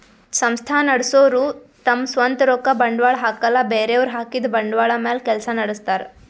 ಸಂಸ್ಥಾ ನಡಸೋರು ತಮ್ ಸ್ವಂತ್ ರೊಕ್ಕ ಬಂಡ್ವಾಳ್ ಹಾಕಲ್ಲ ಬೇರೆಯವ್ರ್ ಹಾಕಿದ್ದ ಬಂಡ್ವಾಳ್ ಮ್ಯಾಲ್ ಕೆಲ್ಸ ನಡಸ್ತಾರ್